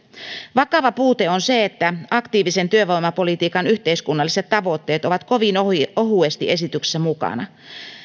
vakava puute on se että aktiivisen työvoimapolitiikan yhteiskunnalliset tavoitteet ovat kovin ohuesti esityksessä mukana